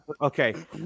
okay